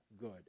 good